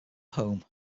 home